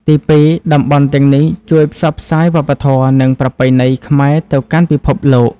ទីពីរ តំបន់ទាំងនេះជួយផ្សព្វផ្សាយវប្បធម៌ និងប្រពៃណីខ្មែរទៅកាន់ពិភពលោក។